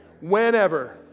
whenever